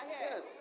Yes